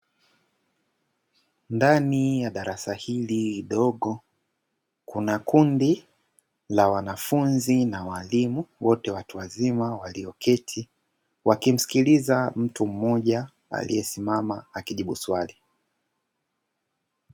Ndani ya darasa hili dogo kuna kundi la wanafunzi na walimu, wote watu wazima walioketi wakimsikiliza mtu mmoja aliyesimama akijibu swali.